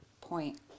point